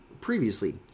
Previously